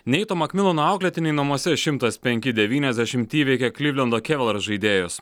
neito makmilano auklėtiniai namuose šimtas penki devyniasdešimt įveikė klivlendo kevalars žaidėjus